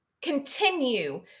continue